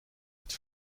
het